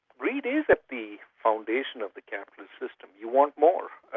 greed is at the foundation of the capitalist system. you want more,